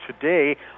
today